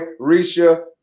Risha